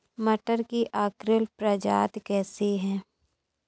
मटर की अर्किल प्रजाति कैसी है?